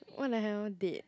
what the hell dead